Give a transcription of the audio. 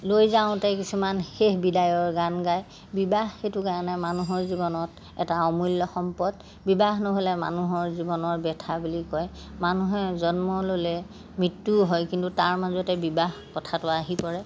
লৈ যাওঁতে কিছুমান শেষ বিদায়ৰ গান গায় বিবাহ সেইটো কাৰণে মানুহৰ জীৱনত এটা অমূল্য সম্পদ বিবাহ নহ'লে মানুহৰ জীৱনৰ বেথা বুলি কয় মানুহে জন্ম ল'লে মৃত্যু হয় কিন্তু তাৰ মাজতে বিবাহ কথাটো আহি পৰে